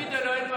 ולפיד אלוהינו,